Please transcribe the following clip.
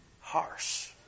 harsh